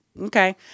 Okay